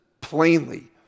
plainly